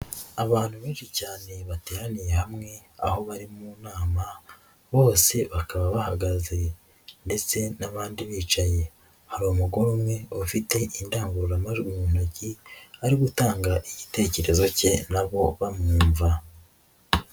Abantu benshi cyane bateraniye hamwe aho bari mu nama, bose bakaba bahagaze ndetse n'abandi bicaye, hari umugore umwe ufite indangururamajwi mu ntoki ari gutanga igitekerezo cye na bo bamwumva.